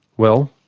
well,